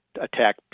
attack